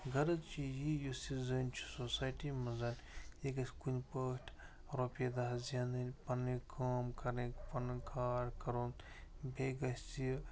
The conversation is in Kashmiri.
غرض چھُ یی یُس یہِ زٔنۍ چھِ سوسایٹی منٛز یہِ گَژھِ کُنہِ پٲٹھۍ رۄپیہِ دَہ زینٕنۍ پنٛنہِ کٲم کَرٕنۍ پنُن کار کَرُن بیٚیہِ گَژھِ یہِ